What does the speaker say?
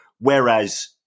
whereas